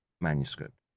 manuscript